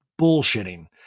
bullshitting